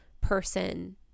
person